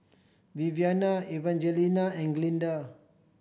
Viviana Evangelina and Glinda